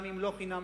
גם אם לא חינם,